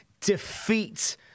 defeat